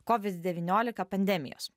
covid devyniolika pandemijos